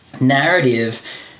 narrative